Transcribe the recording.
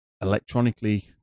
electronically